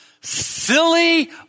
Silly